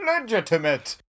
Legitimate